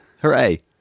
Hooray